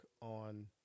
on